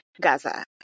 Gaza